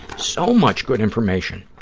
so much good information